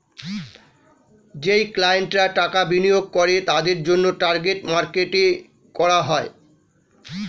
যেই ক্লায়েন্টরা টাকা বিনিয়োগ করে তাদের জন্যে টার্গেট মার্কেট করা হয়